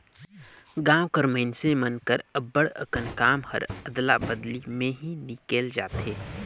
गाँव कर मइनसे मन कर अब्बड़ अकन काम हर अदला बदली में ही निकेल जाथे